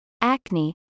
acne